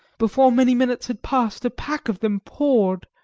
before many minutes had passed a pack of them poured,